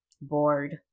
bored